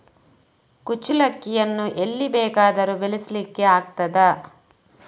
ಕುಚ್ಚಲಕ್ಕಿಯನ್ನು ಎಲ್ಲಿ ಬೇಕಾದರೂ ಬೆಳೆಸ್ಲಿಕ್ಕೆ ಆಗ್ತದ?